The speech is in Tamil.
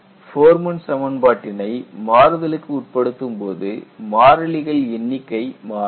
ஃபோர்மேன் சமன்பாட்டினை மாறுதலுக்கு உட்படுத்தும் போது மாறிலிகள் எண்ணிக்கை மாறும்